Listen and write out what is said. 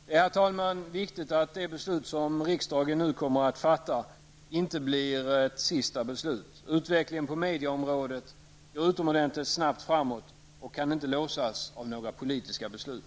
Det är, herr talman, viktigt att det beslut som riksdagen nu kommer att fatta inte blir ett sista beslut. Utvecklingen på medieområdet går utomordentligt snabbt framåt och kan inte låsas av några politiska beslut.